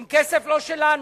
עם כסף לא שלנו,